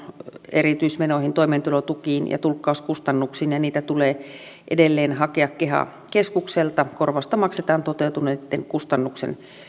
erityismenoihin toimeentulotukiin ja tulkkauskustannuksiin niitä tulee edelleen hakea keha keskukselta korvausta maksetaan toteutuneitten kustannusten